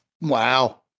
Wow